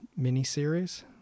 miniseries